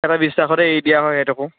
এটা বিশ্বাসতে এৰি দিয় হয় সিহঁতকো